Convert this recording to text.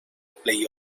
play